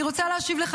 אני רוצה להשיב לך,